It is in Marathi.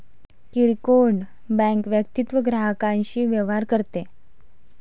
किरकोळ बँक वैयक्तिक ग्राहकांशी व्यवहार करते